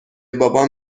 بابام